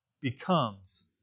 becomes